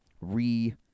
re